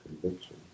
Conviction